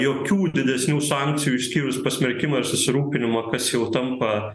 jokių didesnių sankcijų išskyrus pasmerkimą ir susirūpinimą kas jau tampa